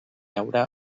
haurà